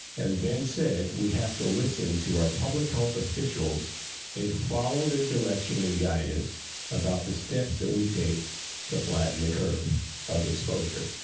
as ben said we have to listen to our public health officials and follow their direction and guidance about the steps that we take to flatten the curve of exposure.